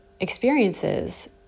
experiences